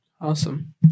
Awesome